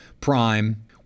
prime